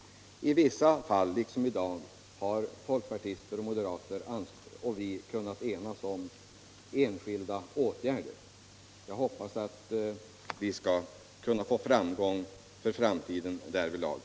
Men i vissa fall — liksom i dag — har folkpartister och moderater och centerpartister kunnat enas om enskilda åtgärder, och jag hoppas att vi skall få framgång för framtiden därvidlag.